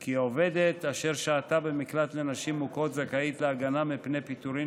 כי עובדת אשר שהתה במקלט לנשים מוכות זכאית להגנה מפני פיטורים